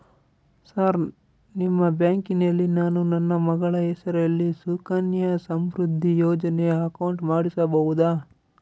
Sir ನಿಮ್ಮ ಬ್ಯಾಂಕಿನಲ್ಲಿ ನಾನು ನನ್ನ ಮಗಳ ಹೆಸರಲ್ಲಿ ಸುಕನ್ಯಾ ಸಮೃದ್ಧಿ ಯೋಜನೆ ಅಕೌಂಟ್ ಮಾಡಿಸಬಹುದಾ?